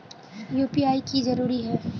UPI की जरूरी है?